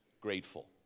grateful